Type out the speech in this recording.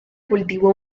cultivo